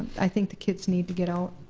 i think the kids need to get out.